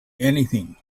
anything